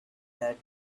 that